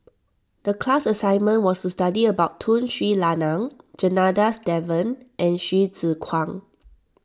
the class assignment was to study about Tun Sri Lanang Janadas Devan and Hsu Tse Kwang